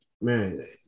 man